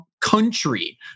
country